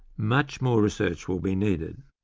much more research will be needed.